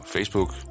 Facebook